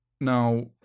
now